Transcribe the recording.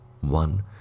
one